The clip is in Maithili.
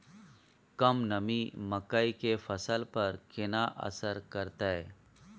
कम नमी मकई के फसल पर केना असर करतय?